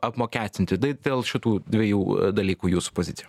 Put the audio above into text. apmokestinti tai dėl šitų dviejų dalykų jūs pozicija